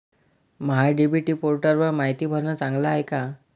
महा DBT पोर्टलवर मायती भरनं चांगलं हाये का?